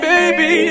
Baby